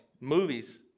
movies